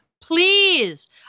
Please